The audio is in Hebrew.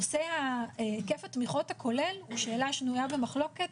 נושא היקף התמיכות הכולל הוא שאלה שנויה במחלוקת,